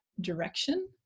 direction